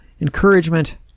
encouragement